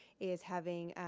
is having